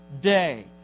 day